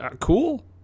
cool